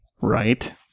Right